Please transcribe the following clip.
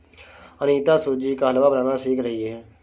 अनीता सूजी का हलवा बनाना सीख रही है